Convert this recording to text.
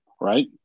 right